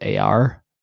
AR